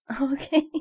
Okay